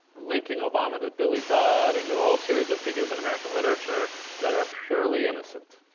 linking obama to billy budd and to all series of figures in american literature that are purely innocent.